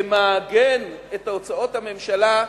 שמעגן את הוצאות הממשלה,